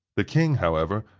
the king, however,